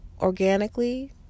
organically